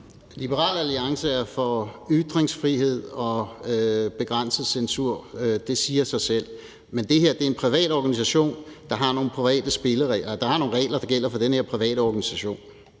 Liberal Alliance er for ytringsfrihed og begrænset censur – det siger sig selv. Men det her er en privat organisation, der har nogle regler, der gælder for den her private organisation.